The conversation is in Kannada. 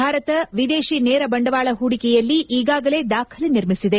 ಭಾರತ ವಿದೇಶಿ ನೇರ ಬಂಡವಾಳ ಹೂಡಿಕೆಯಲ್ಲಿ ಈಗಾಗಲೇ ದಾಖಲೆ ನಿರ್ಮಿಸಿದೆ